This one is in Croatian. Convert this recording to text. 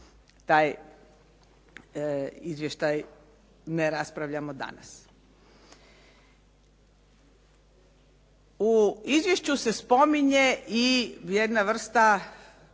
taj izvještaj ne raspravljamo danas. U izvješću se spominje i jedna vrsta